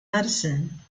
medicine